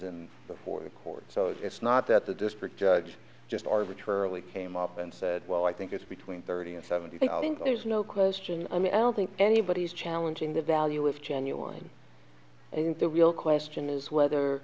before the court so it's not that the district judge just arbitrarily came up and said well i think it's between thirty and seventy there's no question i mean i don't think anybody is challenging the value is genuine and the real question is whether